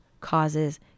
causes